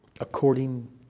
according